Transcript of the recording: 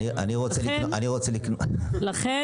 אנחנו